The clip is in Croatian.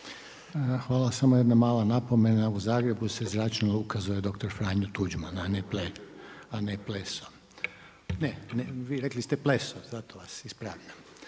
Hvala, samo jedna mala napomena u Zagrebu se zračna luka zove Doktor Franjo Tuđman, a ne Pleso, rekli ste Pleso, zato vas ispravljam.